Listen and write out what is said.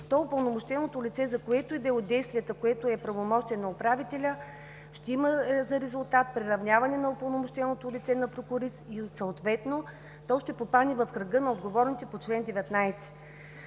то упълномощеното лице за което и да е от действията, което е правомощие на управителя, ще има за резултат приравняване на упълномощеното лице на прокурист и съответно то ще попадне в кръга на отговорните по чл. 19.